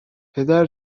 پدر